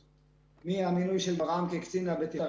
מאז המינוי של גברעם כקצין הבטיחות